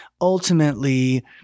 ultimately